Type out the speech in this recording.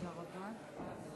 תודה רבה.